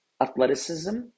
athleticism